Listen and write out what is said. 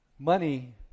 Money